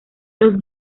los